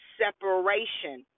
separation